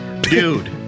dude